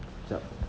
jap